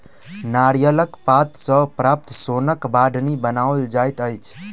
नारियलक पात सॅ प्राप्त सोनक बाढ़नि बनाओल जाइत अछि